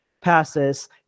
passes